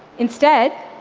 instead,